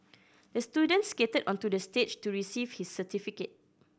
the student skated onto the stage to receive his certificate